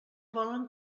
volen